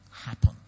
happen